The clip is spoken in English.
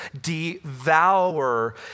devour